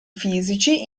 fisici